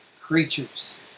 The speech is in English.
creatures